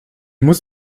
muss